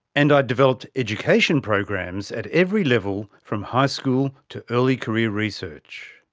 and i developed education programs at every level from high school to early career research.